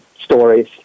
stories